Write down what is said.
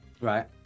Right